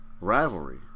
rivalry